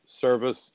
Service